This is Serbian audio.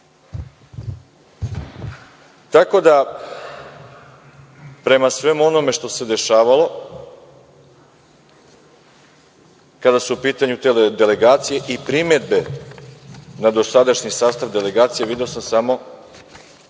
da, prema svemu onome što se dešavalo kada su u pitanju te delegacije i primedbe na dosadašnji sastav delegacije, video sam samo